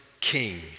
king